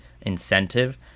incentive